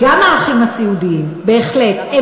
גם האחים הסיעודיים, בהחלט.